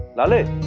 lalit,